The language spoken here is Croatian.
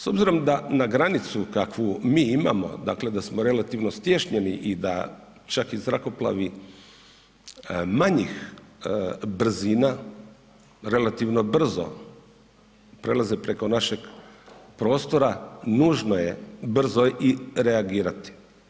S obzirom da na granicu kakvu mi imamo da smo relativno stiješnjeni i da čak i zrakoplovi manjih brzina relativno brzo prelaze preko našeg prostora, nužno je brzo i reagirati.